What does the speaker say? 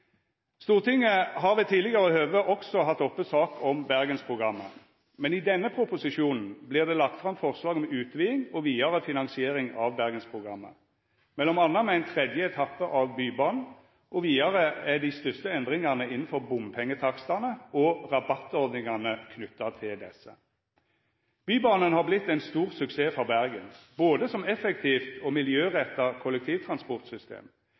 Stortinget har ved tidlegare høve også hatt oppe sak om Bergensprogrammet, men i denne proposisjonen vert det lagt fram forslag om utviding og vidare finansiering av Bergensprogrammet, m.a. med ein tredje etappe av Bybanen, og vidare er dei største endringane innanfor bompengetakstane og rabattordningane knytte til desse. Bybanen har vorte ein stor suksess for Bergen, både som effektivt og miljøretta kollektivtransportsystem,